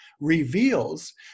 reveals